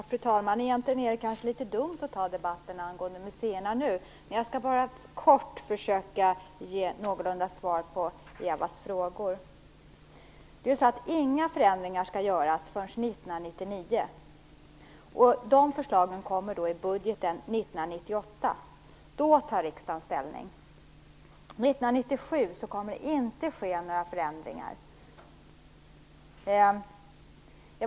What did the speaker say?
Fru talman! Egentligen är det kanske dumt att ta debatten om museerna nu, men jag vill bara kort försöka svara på Ewa Larssons frågor. Inga förändringar skall göras förrän 1999, och förslagen kommer i budgeten 1998. Då tar riksdagen ställning. År 1997 kommer inga förändringar att ske.